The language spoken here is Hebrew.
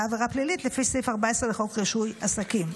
עבירה פלילית לפי סעיף 14 לחוק רישוי עסקים.